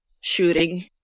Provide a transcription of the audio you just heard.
shooting